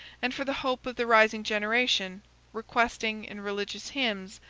and for the hope of the rising generation requesting, in religious hymns,